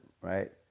right